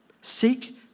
Seek